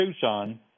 Tucson